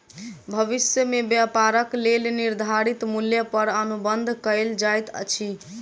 भविष्य में व्यापारक लेल निर्धारित मूल्य पर अनुबंध कएल जाइत अछि